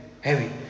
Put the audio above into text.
Heavy